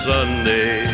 Sunday